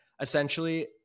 essentially